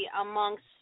amongst